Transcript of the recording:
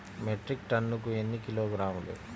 Metric టన్నుకు ఎన్ని కిలోగ్రాములు?